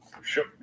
sure